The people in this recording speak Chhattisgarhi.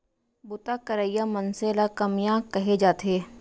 बूता करइया मनसे ल कमियां कहे जाथे